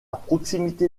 proximité